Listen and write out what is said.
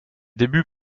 débuts